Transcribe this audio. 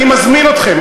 אני מזמין אתכם,